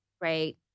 right